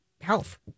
health